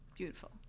Beautiful